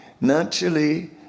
naturally